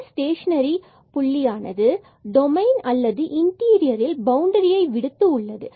மேலும் இங்கு ஸ்டேஷனரி புள்ளியானது டோமைன் அல்லது இன்டீரியர் ல் பவுண்டரி ஐ விடுத்து உள்ளது